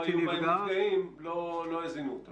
לא היו בהם נפגעים, לא הזינו אותם למערכת.